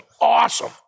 awesome